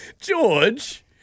George